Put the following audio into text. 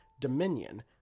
Dominion